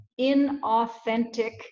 inauthentic